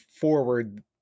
forward